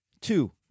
Two